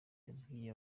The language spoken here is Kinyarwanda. yabwiye